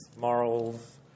morals